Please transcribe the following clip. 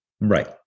right